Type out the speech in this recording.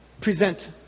present